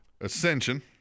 Ascension